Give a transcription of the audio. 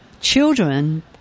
children